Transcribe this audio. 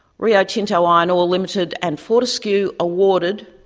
rio tinto iron ore ltd and fortescue awarded